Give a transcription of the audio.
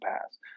past